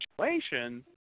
situation